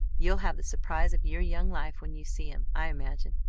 you'll have the surprise of your young life when you see him, i imagine.